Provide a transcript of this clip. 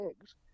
eggs